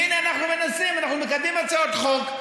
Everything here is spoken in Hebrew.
והינה, אנחנו מנסים, אנחנו מקדמים הצעות חוק.